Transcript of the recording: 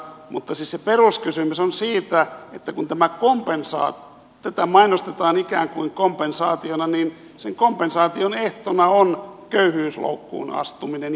mutta siis se peruskysymys on se että kun tätä mainostetaan ikään kuin kompensaationa niin sen kompensaation ehtona on köyhyysloukkuun astuminen